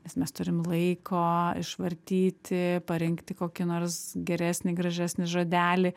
nes mes turim laiko išvartyti parinkti kokį nors geresnį gražesnį žodelį